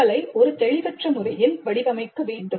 சிக்கலை ஒரு தெளிவற்ற முறையில் வடிவமைக்க வேண்டும்